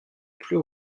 plus